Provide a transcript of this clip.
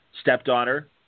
stepdaughter